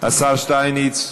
השר שטייניץ,